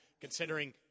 considering –